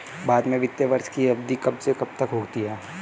भारत में वित्तीय वर्ष की अवधि कब से कब तक होती है?